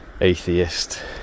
atheist